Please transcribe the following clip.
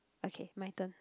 okay my turn